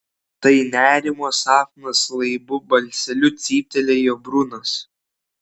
tai nerimo sapnas laibu balseliu cyptelėjo brunas